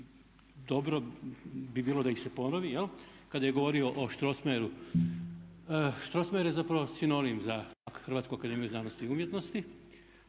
dobro bi bilo da ih se ponovi, kada je govorio o Strossmayeru. Strossmayer je zapravo sinonim za HAZU. To je čovjek koji je živio